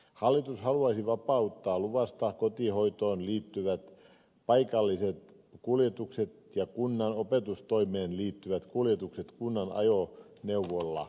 hallitus haluaisi vapauttaa luvasta kotihoitoon liittyvät paikalliset kuljetukset ja kunnan opetustoimeen liittyvät kuljetukset kunnan ajoneuvolla